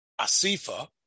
Asifa